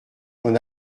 qu’en